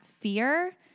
fear